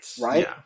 Right